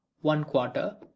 one-quarter